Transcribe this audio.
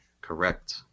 Correct